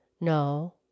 No